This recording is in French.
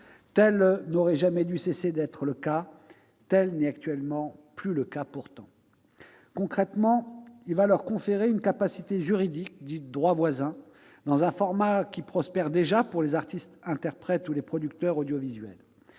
Cela n'aurait jamais dû cesser d'être le cas ! Tel n'est pourtant plus le cas actuellement. Concrètement, le texte va leur conférer une capacité juridique, dite « droit voisin », dans un format qui prospère déjà pour les artistes-interprètes ou les producteurs audiovisuels.